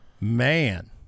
man